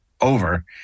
over